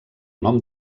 nom